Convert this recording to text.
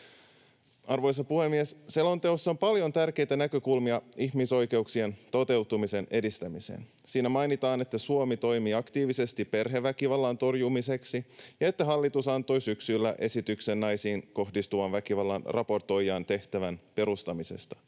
Arvoisa puhemies! Selonteossa on paljon tärkeitä näkökulmia ihmisoikeuksien toteutumisen edistämiseen. Siinä mainitaan, että Suomi toimii aktiivisesti perheväkivallan torjumiseksi ja että hallitus antoi syksyllä esityksen naisiin kohdistuvan väkivallan raportoijan tehtävän perustamisesta.